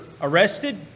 arrested